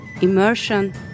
immersion